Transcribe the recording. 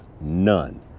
none